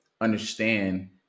understand